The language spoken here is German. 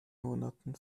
monaten